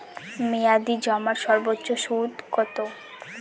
মেয়াদি জমার সর্বোচ্চ সুদ কতো?